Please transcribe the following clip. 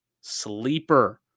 Sleeper